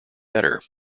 better